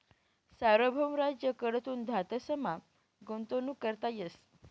सार्वभौम राज्य कडथून धातसमा गुंतवणूक करता येस